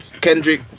Kendrick